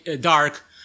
dark